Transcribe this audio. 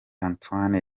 antoine